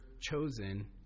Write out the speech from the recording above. chosen